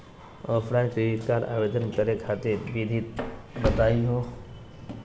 Offline credit card आवेदन करे खातिर विधि बताही हो?